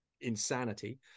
insanity